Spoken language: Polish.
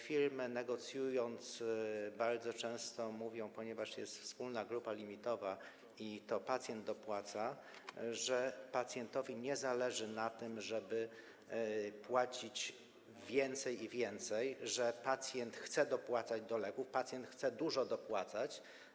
Firmy, negocjując, bardzo często mówią, ponieważ jest wspólna grupa limitowa i to pacjent dopłaca, że pacjentowi nie zależy na tym, że może płacić więcej i więcej, że pacjent chce dopłacać do leków, pacjent chce dużo dopłacać.